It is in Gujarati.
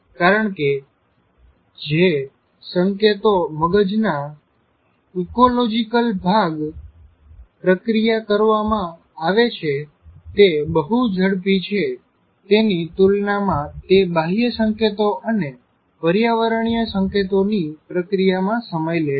કારણ કે જે સંકેતો મગજના ઇકોલોજીકલ ભાગ વિવિધ કપાલી ખંડ દ્વારા પ્રક્રીયા કરવામાં આવે છે તે બહુ ઝડપી છે તેની તુલનામાં તે બાહ્ય સંકેતો અને પર્યાવરણીય સંકેતોની પ્રક્રીયામાં સમય લે છે